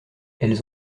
elles